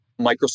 Microsoft